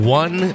one